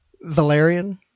Valerian